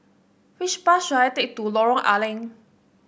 which bus should I take to Lorong A Leng